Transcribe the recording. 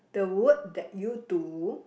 the work that you do